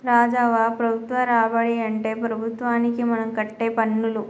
రాజవ్వ ప్రభుత్వ రాబడి అంటే ప్రభుత్వానికి మనం కట్టే పన్నులు